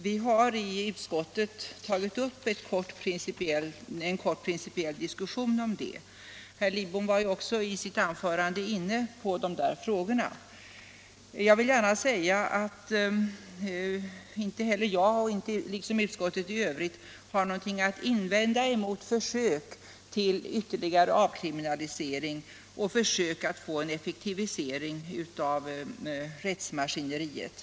Vi han i utskottet tagit upp en kort principiell diskussion om det. Herr Lidbom var också i sitt anförande inne på den frågan. Inte heller jag, liksom utskottet i övrigt, har någonting att invända mot försök till ytterligare avkriminalisering och försök att få en effektivisering av rättsmaskineriet.